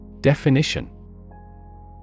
Definition